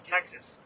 Texas